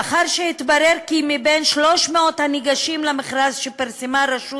לאחר שהתברר כי מבין 300 הניגשים למכרז שפרסמה רשות